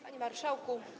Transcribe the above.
Panie Marszałku!